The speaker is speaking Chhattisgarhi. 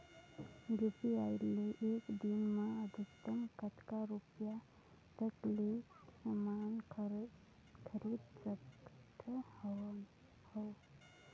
यू.पी.आई ले एक दिन म अधिकतम कतका रुपिया तक ले समान खरीद सकत हवं?